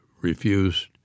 refused